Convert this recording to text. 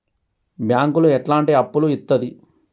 బ్యాంకులు ఎట్లాంటి అప్పులు ఇత్తది?